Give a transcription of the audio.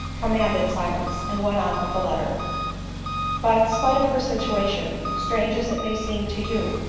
commanded silence, and went on with the letter but, spite of her situation, strange as it may seem to you,